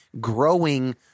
growing